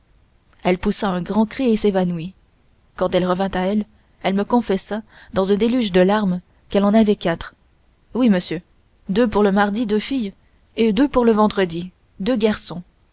elle poussa un grand cri et s'évanouit quand elle revint à elle elle me confessa dans un déluge de larmes qu'elle en avait quatre oui monsieur deux pour le mardi deux filles et deux pour le vendredi deux garçons